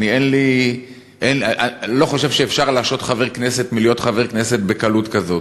אני לא חושב שאפשר להשעות חבר כנסת מלהיות חבר כנסת בקלות כזאת,